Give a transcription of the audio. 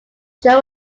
show